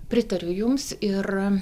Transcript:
pritariu jums ir